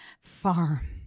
farm